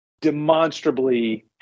demonstrably